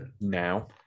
now